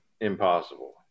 impossible